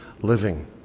living